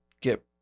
get